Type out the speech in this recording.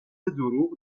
دروغ